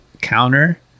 counter